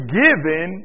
given